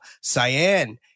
Cyan